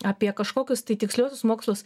apie kažkokius tai tiksliuosius mokslus